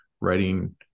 writing